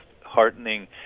heartening